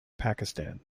pakistan